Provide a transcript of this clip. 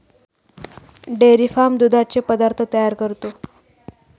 dairy farm दुधाचे पदार्थ तयार करतो